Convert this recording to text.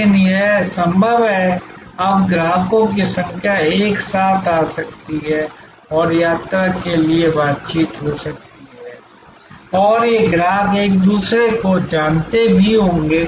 लेकिन यह संभव है कि अब ग्राहकों की संख्या एक साथ आ सकती है और यात्रा के लिए बातचीत हो सकती है और ये ग्राहक एक दूसरे को जानते भी नहीं होंगे